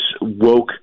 woke